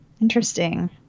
Interesting